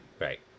Right